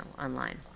online